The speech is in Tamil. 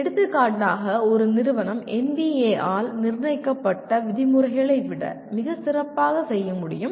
எடுத்துக்காட்டாக ஒரு நிறுவனம் NBA ஆல் நிர்ணயிக்கப்பட்ட விதி முறைகளை விட மிகச் சிறப்பாக செய்ய முடியும்